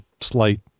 slight